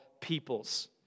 peoples